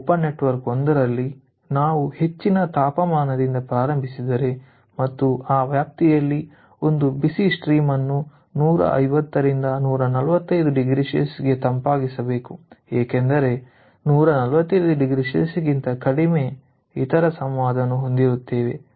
ಉಪ ನೆಟ್ವರ್ಕ್ 1 ರಲ್ಲಿ ನಾವು ಹೆಚ್ಚಿನ ತಾಪಮಾನದಿಂದ ಪ್ರಾರಂಭಿಸಿದರೆ ಮತ್ತು ಆ ವ್ಯಾಪ್ತಿಯಲ್ಲಿ ಒಂದು ಬಿಸಿ ಹರಿವನ್ನು 150 ರಿಂದ 145oC ಗೆ ತಂಪಾಗಿಸಬೇಕು ಏಕೆಂದರೆ 145oC ಗಿಂತ ಕಡಿಮೆ ಇತರ ಸಂವಾದವನ್ನು ಹೊಂದಿರುತ್ತೇವೆ